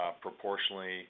proportionally